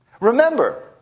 Remember